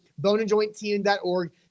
boneandjointtn.org